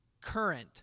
current